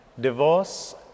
Divorce